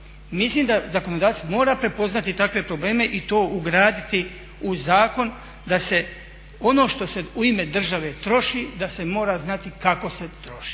Mislim da zakonodavac mora prepoznati takve probleme i to ugraditi u zakon da se ono što se u ime države troši da se mora znati kako se troši